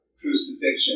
crucifixion